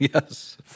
Yes